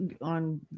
on